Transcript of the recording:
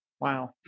Wow